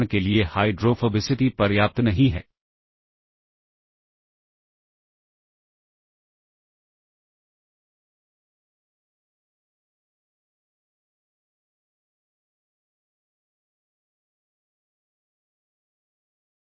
इसलिए आपको सबरूटीन में स्टैक पॉइंटर को संशोधित नहीं करना चाहिए अन्यथा हम रिटर्न एड्रेस वैल्यू को खो देंगे